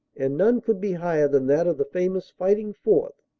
and none could be higher than that of the famous fighting fourth,